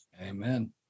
Amen